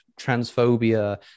transphobia